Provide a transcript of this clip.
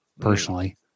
personally